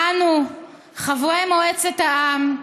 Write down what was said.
אנו חברי מועצת העם,